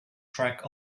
track